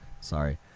sorry